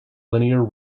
linear